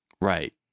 Right